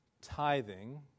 tithing